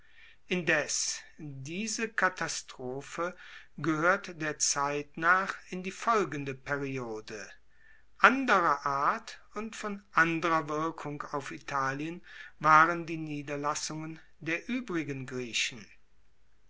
indes diese katastrophe gehoert der zeit nach in die folgende periode anderer art und von anderer wirkung auf italien waren die niederlassungen der uebrigen griechen